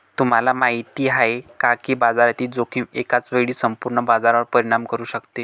तुम्हाला माहिती आहे का की बाजारातील जोखीम एकाच वेळी संपूर्ण बाजारावर परिणाम करू शकते?